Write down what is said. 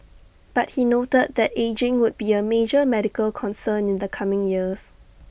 but he noted that ageing would be A major medical concern in the coming years